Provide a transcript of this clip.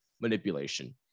manipulation